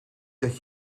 dat